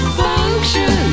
function